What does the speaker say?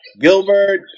Gilbert